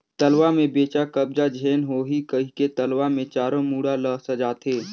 तलवा में बेजा कब्जा झेन होहि कहिके तलवा मे चारों मुड़ा ल सजाथें